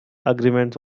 agreements